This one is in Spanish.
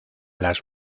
las